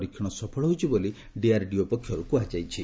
ପରୀକ୍ଷଣ ସଫଳ ହୋଇଛି ବୋଲି ଡିଆର୍ଡିଓ ପକ୍ଷରୁ କୁହାଯାଇଛି